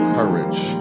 courage